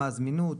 מה הזמינות,